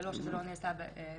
זה לא שזה לא נעשה בעבר,